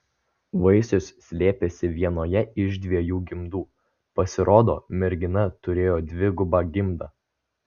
vaisius slėpėsi vienoje iš dviejų gimdų pasirodo mergina turėjo dvigubą gimdą